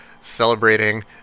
celebrating